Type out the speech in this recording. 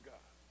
God